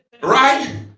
Right